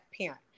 parent